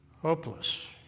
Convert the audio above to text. Hopeless